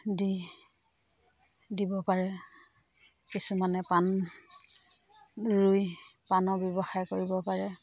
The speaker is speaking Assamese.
দি দিব পাৰে কিছুমানে পাণ ৰুই পাণৰ ব্যৱসায় কৰিব পাৰে